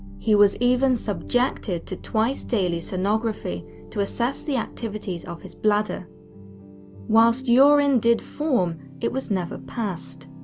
he was even subjected to twice daily sonography to assess the activities of his bladder whilst urine did form, it was never passed.